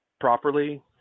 properly